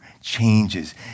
changes